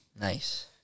Nice